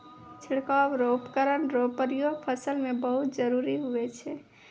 छिड़काव रो उपकरण रो प्रयोग फसल मे बहुत जरुरी हुवै छै